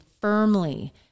firmly